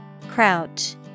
Crouch